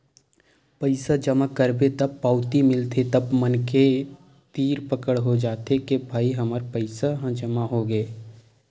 पइसा जमा करबे त पावती मिलथे तब मनखे तीर पकड़ हो जाथे के भई हमर पइसा ह जमा होगे